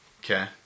Okay